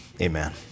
amen